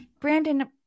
brandon